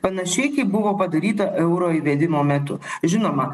panašiai kaip buvo padaryta euro įvedimo metu žinoma